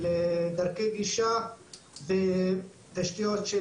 של דרכי גישה ותשתיות של